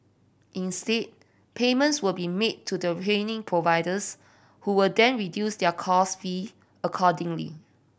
instead payments will be made to the training providers who will then reduce their course fee accordingly